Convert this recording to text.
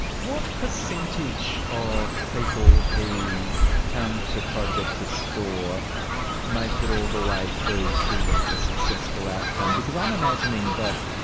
what percentage of people who come to project restore make it all the way through to a successful outcome? because i'm imagining that